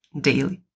daily